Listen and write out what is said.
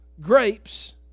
grapes